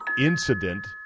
incident